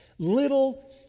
little